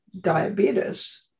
diabetes